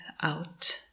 out